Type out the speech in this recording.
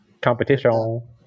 competition